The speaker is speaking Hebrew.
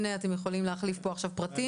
הנה, אתם יכולים להחליף פה פרטים.